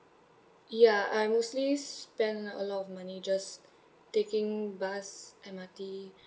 ya I mostly spend a lot of money just taking bus M_R_T